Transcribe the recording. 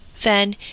Then